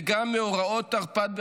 וגם מאורעות תרפ"ט בחברון,